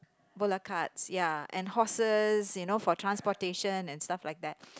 bullock carts ya and horses you know for transportation and stuff like that